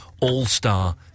all-star